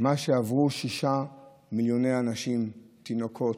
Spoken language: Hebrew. של מה שעברו שישה מיליוני אנשים, תינוקות,